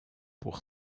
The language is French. pour